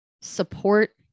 support